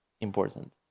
important